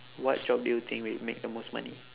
what job do you think will make the most money